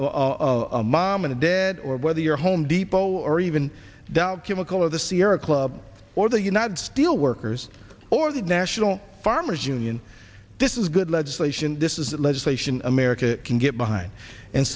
mom and dad or whether you're home depot or even dow chemical or the sierra club or the united steelworkers or the national farmers union this is good legislation this is that legislation america can get behind and